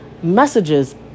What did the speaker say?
messages